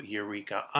Eureka